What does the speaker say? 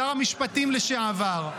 שר המשפטים לשעבר,